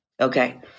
Okay